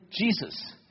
Jesus